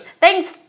thanks